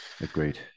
Agreed